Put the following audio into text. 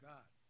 God